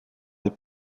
des